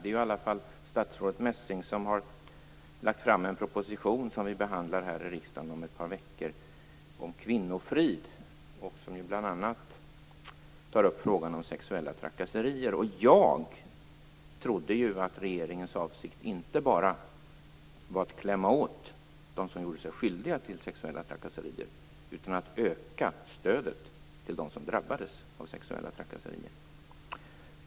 Det är i alla fall statsrådet Messing som har lagt fram en proposition, som vi behandlar här i riksdagen om ett par veckor, om kvinnofrid, där bl.a. frågan om sexuella trakasserier tas upp. Jag trodde att regeringens avsikt inte bara var att klämma åt dem som gjorde sig skyldiga till sexuella trakasserier utan också att öka stödet till dem som drabbades av sexuella trakasserier.